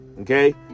okay